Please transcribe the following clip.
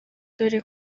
dore